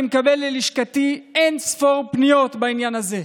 אני מקבל ללשכתי אין-ספור פניות בעניין הזה,